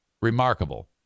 remarkable